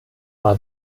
war